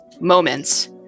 moments